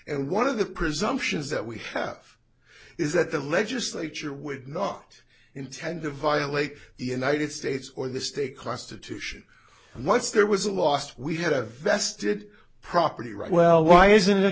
and one of the presumptions that we have is that the legislature would not intend to violate the united states or the state constitution and once there was a loss we had a vested property right well why isn't